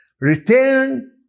Return